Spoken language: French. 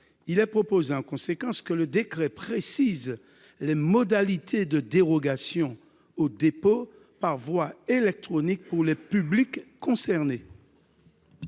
Il est proposé en conséquence que le décret précise les modalités de dérogation au dépôt par voie électronique pour les publics concernés.